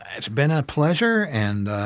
it's been a pleasure and